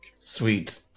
Sweet